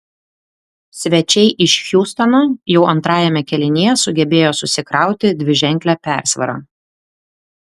svečiai iš hjustono jau antrajame kėlinyje sugebėjo susikrauti dviženklę persvarą